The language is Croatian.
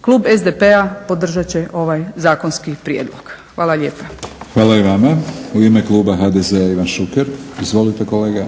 Klub SDP-a podržati će ovaj zakonski prijedlog. Hvala lijepa. **Batinić, Milorad (HNS)** Hvala i vama. U ime Kluba HDZ-a Ivan Šuker. Izvolite kolega.